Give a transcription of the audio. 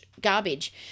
garbage